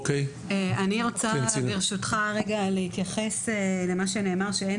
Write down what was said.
אני ברשותך רוצה להתייחס למה שנאמר שאין